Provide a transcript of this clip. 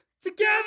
together